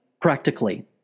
Practically